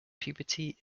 puberty